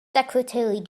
secretary